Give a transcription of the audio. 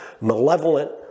malevolent